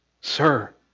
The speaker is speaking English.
Sir